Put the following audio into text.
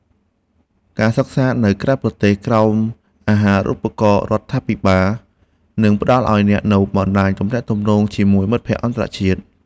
ការសិក្សានៅក្រៅប្រទេសក្រោមអាហារូបករណ៍រដ្ឋាភិបាលនឹងផ្តល់ឱ្យអ្នកនូវបណ្តាញទំនាក់ទំនងជាមួយមិត្តភក្តិអន្តរជាតិ។